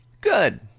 Good